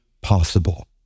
possible